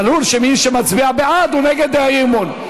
ברור שמי שמצביע בעד הוא נגד האי-אמון.